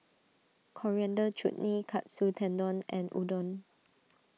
Coriander Chutney Katsu Tendon and Udon